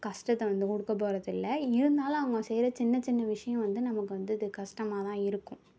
கஷ்டத்தை வந்து கொடுக்கப்போறதில்ல இருந்தாலும் அவங்க செய்கிற சின்ன சின்ன விஷயம் வந்து நமக்கு வந்து அது கஷ்டமாகதான் இருக்கும்